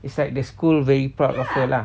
it's like the school very proud of her lah